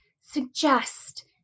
suggest